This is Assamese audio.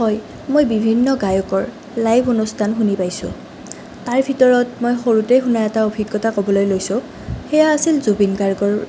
হয় মই বিভিন্ন গায়কৰ লাইভ অনুষ্ঠান শুনি পাইছোঁ তাৰ ভিতৰত মই সৰুতেই শুনা এটা অভিজ্ঞতা ক'বলৈ লৈছোঁ সেয়া আছিল জুবিন গাৰ্গৰ